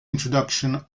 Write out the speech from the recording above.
introduction